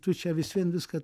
tu čia vis vien viską